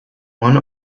one